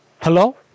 hello